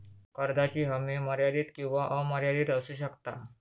कर्जाची हमी मर्यादित किंवा अमर्यादित असू शकता